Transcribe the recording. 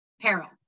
peril